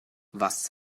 was